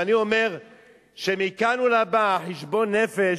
ואני אומר שמכאן ולהבא, חשבון נפש.